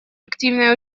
активное